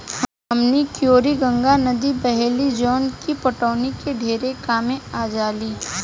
हमनी कियोर गंगा नद्दी बहेली जवन की पटवनी में ढेरे कामे आजाली